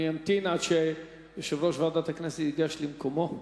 אני אמתין עד שיושב-ראש ועדת הכנסת ייגש למקומו.